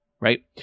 right